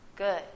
Good